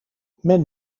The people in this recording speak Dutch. men